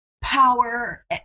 power